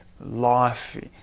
life